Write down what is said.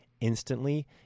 instantly